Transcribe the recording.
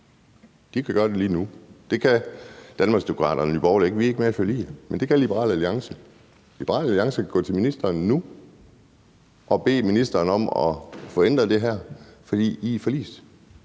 De kan gøre det lige nu. Det kan Danmarksdemokraterne og Nye Borgerlige ikke – vi er ikke med i forliget – men det kan Liberal Alliance. Liberal Alliance kan gå til ministeren nu og bede ministeren om at få ændret det her, for I er med